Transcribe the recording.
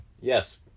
Yes